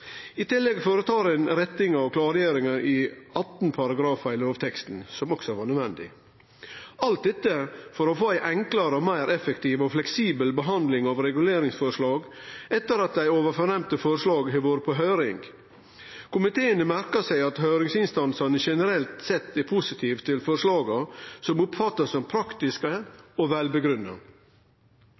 I tillegg blir det gjort rettingar og klargjeringar i 18 paragrafar i lovteksten, noko som også var nødvendig – alt dette for å få ei enklare og meir effektiv og fleksibel behandling av reguleringsforslag etter at forslaga som er nemnde ovanfor, har vore på høyring. Komiteen har merka seg at høyringsinstansane generelt sett er positive til forslaga, som blir oppfatta som praktiske og